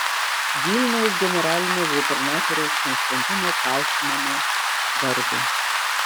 vilniaus generalinio gubernatoriaus konstantino kaufmano garbei